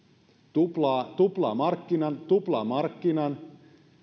tuplaa markkinan tuplaa markkinan